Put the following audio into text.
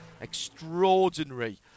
Extraordinary